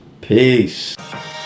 Peace